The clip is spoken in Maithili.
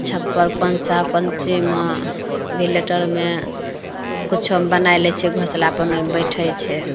छप्पर पनसा पंसीमे भिलेटरमे किछु मे बनाइ लै छै घोँसला अपन ओहिमे बैठैत छै